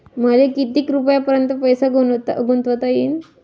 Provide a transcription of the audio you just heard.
मले किती रुपयापर्यंत पैसा गुंतवता येईन?